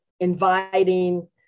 inviting